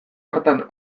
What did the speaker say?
hartan